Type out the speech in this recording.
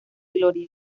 gloria